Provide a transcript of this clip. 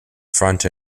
front